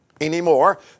anymore